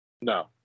No